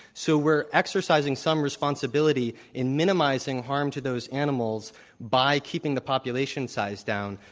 so we're exercising some responsibility in minimizing harm to those animals by keeping the population size down.